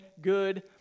good